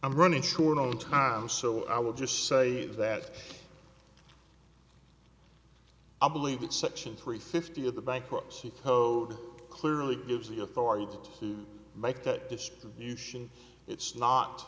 i'm running short on time so i would just say that i believe that section three fifty of the bankruptcy code clearly gives the authority to make that distribution it's not